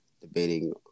debating